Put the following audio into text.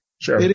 Sure